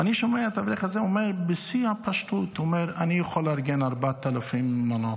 ואני שומע את האברך הזה אומר בשיא הפשטות: אני יכול לארגן 4,000 מנות.